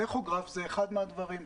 הטכוגרף זה אחד מהדברים.